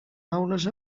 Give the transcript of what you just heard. aules